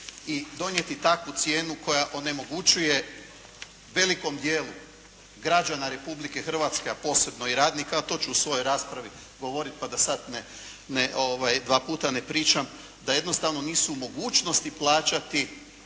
i donijeti takvu cijenu koja onemogućuje velikom dijelu građana Republike Hrvatske, a posebno i radnika, ali to ću u svojoj raspravi govoriti pa da sada dva puta ne pričam, da jednostavno nisu mogućnosti plaćati